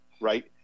Right